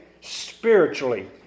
spiritually